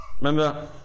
remember